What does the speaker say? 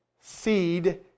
seed